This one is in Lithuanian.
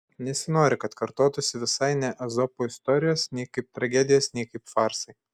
nesinori kad kartotųsi visai ne ezopo istorijos nei kaip tragedijos nei kaip farsai